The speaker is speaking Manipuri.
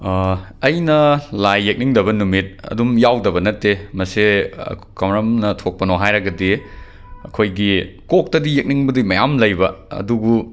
ꯑꯩꯅ ꯂꯥꯏ ꯌꯦꯛꯅꯤꯡꯗꯕ ꯅꯨꯃꯤꯠ ꯑꯗꯨꯝ ꯌꯥꯎꯗꯕ ꯅꯠꯇꯦ ꯃꯁꯦ ꯀꯔꯝꯅ ꯊꯣꯛꯄꯅꯣ ꯍꯥꯏꯔꯒꯗꯤ ꯑꯩꯈꯣꯏꯒꯤ ꯀꯣꯛꯇꯗꯤ ꯌꯦꯛꯅꯤꯡꯕꯗꯤ ꯃꯌꯥꯝ ꯂꯩꯕ ꯑꯗꯨꯕꯨ